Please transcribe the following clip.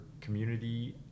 community